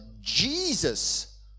Jesus